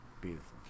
beautiful